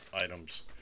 items